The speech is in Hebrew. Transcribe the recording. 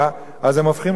אז הם הופכים גם למתוסכלים,